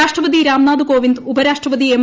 രാഷ്ട്രപതി രാംനാഥ് കോവിന്ദ് ഉപരാഷ്ട്രപതി എം